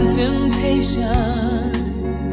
temptations